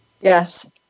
Yes